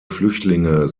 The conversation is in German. flüchtlinge